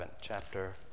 Chapter